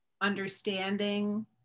understanding